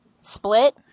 split